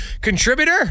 contributor